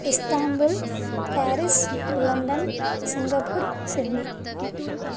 Istanbul Paris London Singapore Sydney